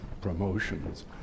promotions